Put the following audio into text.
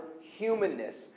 humanness